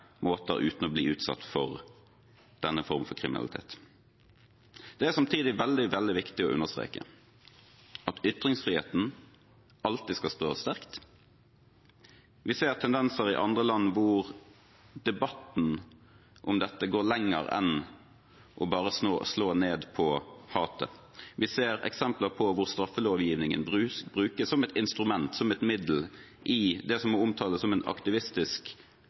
måter uten å bli utsatt for denne formen for kriminalitet. Det er samtidig veldig viktig å understreke at ytringsfriheten alltid skal stå sterkt. Vi ser tendenser i andre land, hvor debatten om dette går lenger enn å bare slå ned på hatet. Vi ser eksempler på at straffelovgivningen brukes som et instrument, som et middel, i det som må omtales som en aktivistisk